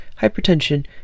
hypertension